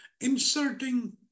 Inserting